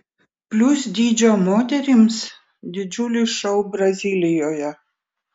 plius dydžio moterims didžiulis šou brazilijoje